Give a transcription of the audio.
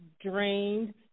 drained